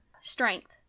strength